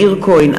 מאיר כהן,